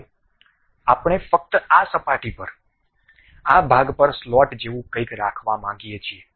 હવે આપણે ફક્ત આ સપાટી પર આ ભાગ પર સ્લોટ જેવું કંઈક રાખવા માગીએ છીએ